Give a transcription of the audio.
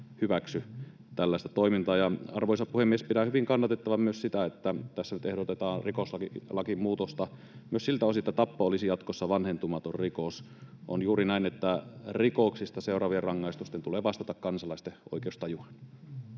hyväksy tällaista toimintaa. Arvoisa puhemies! Pidän hyvin kannatettavana myös sitä, että tässä nyt ehdotetaan rikoslakiin muutosta myös siltä osilta, että tappo olisi jatkossa vanhentumaton rikos. On juuri näin, että rikoksista seuraavien rangaistusten tulee vastata kansalaisten oikeustajua.